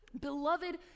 Beloved